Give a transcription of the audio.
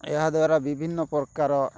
ଏହାଦ୍ୱାରା ବିଭିନ୍ନ ପ୍ରକାର